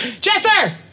Chester